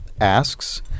asks